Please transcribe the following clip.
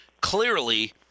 clearly